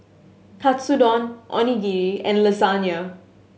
Katsudon Onigiri and Lasagna